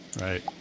Right